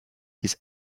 his